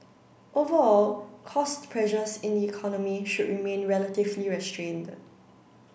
overall cost pressures in the economy should remain relatively restrained